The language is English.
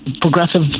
progressive